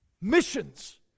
Missions